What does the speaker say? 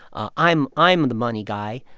ah i'm i'm ah the money guy.